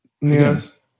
Yes